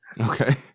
Okay